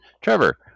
trevor